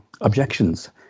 objections